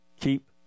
Keep